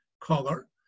color